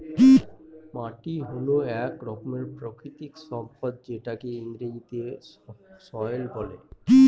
মাটি হল এক রকমের প্রাকৃতিক সম্পদ যেটাকে ইংরেজিতে সয়েল বলে